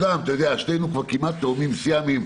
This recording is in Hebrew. שנינו כבר כמעט תיאומים סיאמיים,